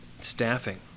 staffing